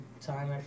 time